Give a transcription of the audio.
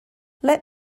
let